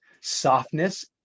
softness